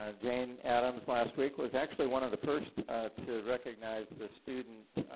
ah jane addams last week was actually one of the first to recognize the student